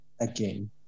again